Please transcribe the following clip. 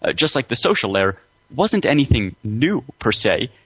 ah just like the social layer wasn't anything new per se,